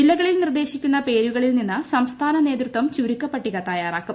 ജില്ലികളിൽ നിർദേശിക്കുന്ന പേരുകളിൽ നിന്നു സംസ്ഥാന നേതൃത്വം ചുരുക്കപ്പട്ടിക തയാറാക്കും